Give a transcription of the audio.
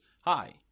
hi